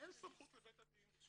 אין סמכות לבית הדין.